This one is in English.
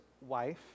wife